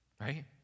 Right